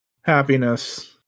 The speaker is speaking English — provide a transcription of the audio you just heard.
Happiness